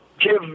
give